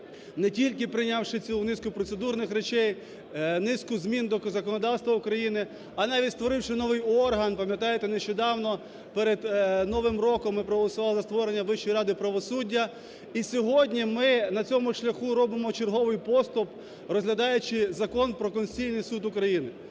не тільки прийнявши цілу низку процедурних речей, низку змін до законодавства України, а навіть створивши новий орган. Пам'ятаєте, нещодавно перед новим роком ми проголосували за створення Вищої ради правосуддя. І сьогодні ми на цьому шляху робимо черговий поступ, розглядаючи Закон про Конституційний Суд України.